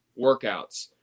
workouts